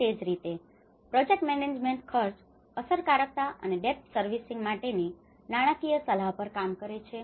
અને તે જ રીતે પ્રોજેક્ટ મેનેજમેન્ટ ખર્ચ અસરકારકતા અને ડેપ્થ સર્વિસિંગ માટેની નાણાકીય સલાહ પર કામ કરે છે